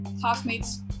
classmates